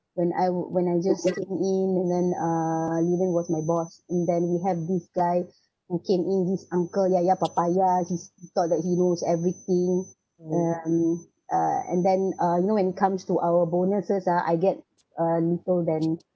when I when I just getting in and then uh Li Heng was my boss and then we have this guy who came in his uncle yaya papaya he thought that he knows everything uh and uh and then uh you know it comes to our bonuses ah I get a little then